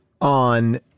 on